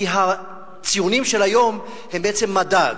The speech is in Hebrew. כי הציונים של היום הם בעצם מדד.